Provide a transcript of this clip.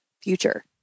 future